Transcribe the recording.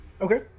Okay